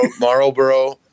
Marlboro